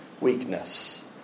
weakness